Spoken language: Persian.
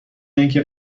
اینکه